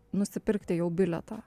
nusipirkti jau bilietą